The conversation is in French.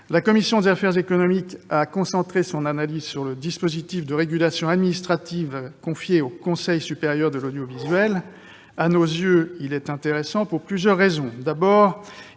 La commission des affaires économiques a concentré son analyse sur le dispositif de régulation administrative confié au Conseil supérieur de l'audiovisuel (CSA). À nos yeux, il est intéressant pour plusieurs raisons. D'abord,